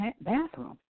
bathroom